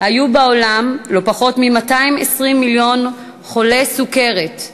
היו בעולם לא פחות מ-220 מיליון חולי סוכרת.